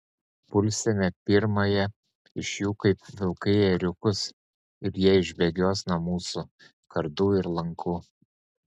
pulsime pirmąją iš jų kaip vilkai ėriukus ir jie išsibėgios nuo mūsų kardų ir lankų